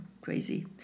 crazy